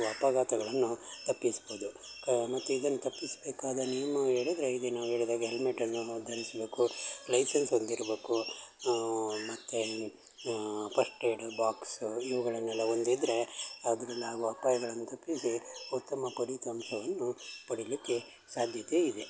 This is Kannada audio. ಅಪಘಾತಗಳನ್ನು ತಪ್ಪಿಸ್ಬೋದು ಮತ್ತು ಇದನ್ನು ತಪ್ಪಿಸಬೇಕಾದ ನಿಯಮ ಹೇಳಿದರೆ ಇದೇ ನಾವು ಹೇಳಿದಾಗೆ ಹೆಲ್ಮೆಟನ್ನು ಧರಿಸಬೇಕು ಲೈಸೆನ್ಸ್ ಹೊಂದಿರ್ಬೇಕು ಮತ್ತು ಫಸ್ಟ್ ಏಡ ಬಾಕ್ಸು ಇವುಗಳನ್ನೆಲ್ಲ ಹೊಂದಿದ್ರೆ ಅದರಲ್ಲಾಗುವ ಅಪಾಯವನ್ನು ತಪ್ಪಿಸಿ ಉತ್ತಮ ಫಲಿತಾಂಶವನ್ನು ಪಡಿಲಿಕ್ಕೆ ಸಾಧ್ಯತೆ ಇದೆ